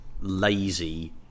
lazy